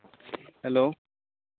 hello